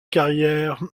carrière